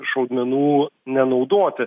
šaudmenų nenaudoti